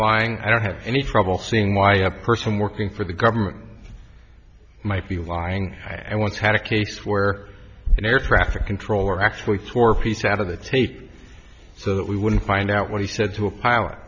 lying i don't have any trouble seeing why a person working for the government might be lying i once had a case where an air traffic controller actually swore piece out of the tape so that we wouldn't find out what he said to a pilot